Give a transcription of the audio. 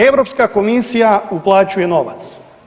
Europska komisija uplaćuje novac.